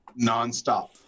nonstop